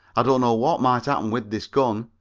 i don't know what might happen with this gun.